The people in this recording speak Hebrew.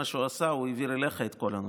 מה שהוא עשה הוא העביר אליך את כל הנושא.